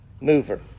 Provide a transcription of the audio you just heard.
mover